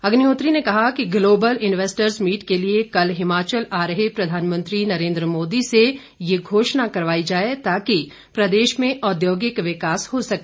अग्निहोत्री ने कहा कि ग्लोबल इन्वेस्टर्स मीट के लिए कल हिमाचल आ रहे प्रधानमंत्री नरेंद्र मोदी से ये घोषणा करवाई जाए ताकि प्रदेश में औद्योगिक विकास हो सके